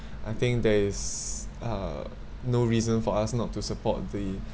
I think there is uh no reason for us not to support the